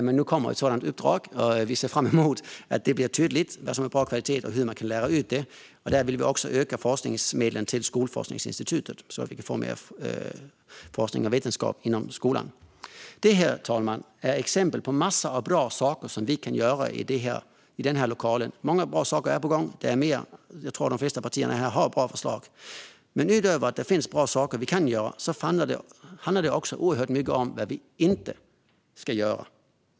Men nu kommer ett sådant uppdrag, och vi ser fram emot att det blir tydligt vad som är bra kvalitet och hur man kan lära ut det. Vi vill också öka forskningsmedlen till Skolforskningsinstitutet så att vi får mer forskning och vetenskap inom skolan. Detta, fru talman, är exempel på massor av bra saker som vi i denna lokal kan göra. Många bra saker är på gång. Jag tror att de flesta partier har bra förslag. Men utöver bra saker vi ska göra handlar det oerhört mycket om vad vi inte ska göra.